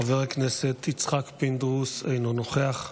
חבר הכנסת יצחק פינדרוס, אינו נוכח,